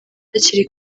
hakiri